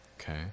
okay